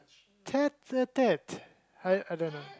tête-à-tête I I don't know